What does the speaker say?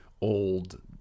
old